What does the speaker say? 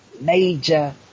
major